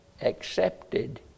accepted